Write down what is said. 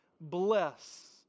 bless